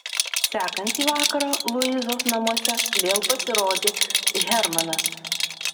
sekantį vakarą luizos namuose vėl pasirodė hermanas